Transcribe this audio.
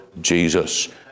Jesus